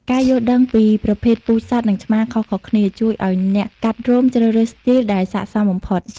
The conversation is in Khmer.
ការយល់ដឹងពីប្រភេទពូជឆ្កែ និងឆ្មាខុសៗគ្នា ជួយឱ្យអ្នកកាត់រោម ជ្រើសរើសស្ទីលដែលស័ក្តិសមបំផុត។